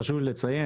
חשוב לי לציין.